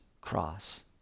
cross